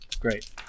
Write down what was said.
Great